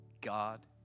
God